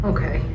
Okay